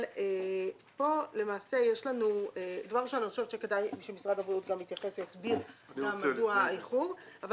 אני חושבת שכדאי שמשרד הבריאות יסביר מדוע האיחור אבל